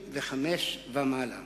75 ומעלה,